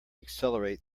accelerate